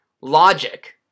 Logic